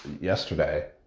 yesterday